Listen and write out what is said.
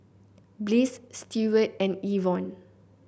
Bliss Steward and Evon